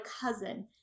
cousin